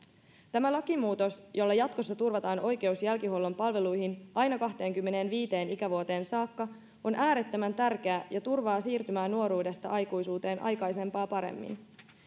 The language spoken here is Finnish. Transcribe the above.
tämä lakimuutos jolla jatkossa turvataan oikeus jälkihuollon palveluihin aina kahteenkymmeneenviiteen ikävuoteen saakka on äärettömän tärkeä ja turvaa siirtymää nuoruudesta aikuisuuteen aikaisempaa paremmin